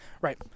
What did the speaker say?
Right